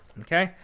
ok.